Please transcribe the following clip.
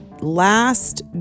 last